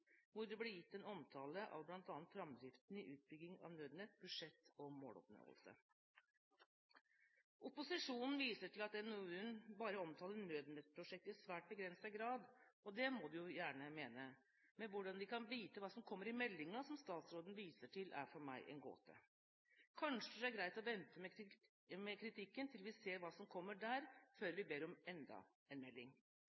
hvor det blir gitt en omtale av bl.a. framdriften i utbyggingen av Nødnett, budsjett og måloppnåelse. Opposisjonen viser til at NOU-en bare omtaler Nødnettprosjektet i svært begrenset grad, og det må de jo gjerne mene. Men hvordan de kan vite hva som kommer i meldingen som statsråden viser til, er for meg en gåte. Kanskje det er greit å vente med kritikken til vi ser hva som kommer der, før